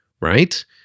right